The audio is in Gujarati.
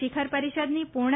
શિખર પરિષદની પૂર્ણ